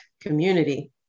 community